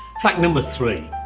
fact number three